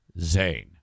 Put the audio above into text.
Zane